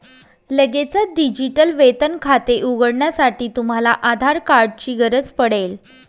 लगेचच डिजिटल वेतन खाते उघडण्यासाठी, तुम्हाला आधार कार्ड ची गरज पडेल